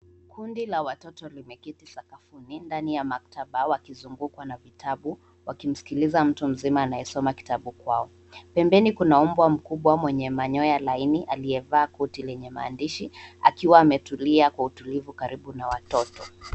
Kundi la watoto limeketi sakafuni ndani ya maktaba wakizungukwa na vitabu wakimsikiliza mtu mzima anayesoma kitabu kwao. Pembeni kuna mbwa mkubwa mwenye manyoya laini aliyevaa koti lenye maandishi akiwa ametulia kwa utulivu karibu na watoto.